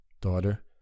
daughter